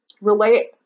relate